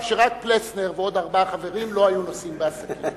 נוצר מצב שרק פלסנר ועוד ארבעה חברים לא היו נוסעים בעסקים.